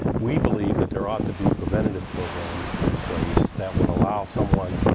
we believe that there ought to be preventative programs in place that would allow someone,